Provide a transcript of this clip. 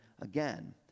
again